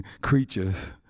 Creatures